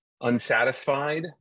unsatisfied